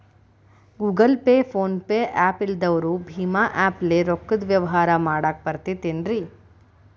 Google Pay, PhonePe app ಇಲ್ಲದವರು ಭೇಮಾ app ಲೇ ರೊಕ್ಕದ ವ್ಯವಹಾರ ಮಾಡಾಕ್ ಬರತೈತೇನ್ರೇ?